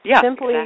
simply